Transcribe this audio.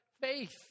faith